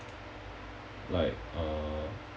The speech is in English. like uh